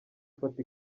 foto